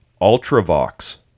Ultravox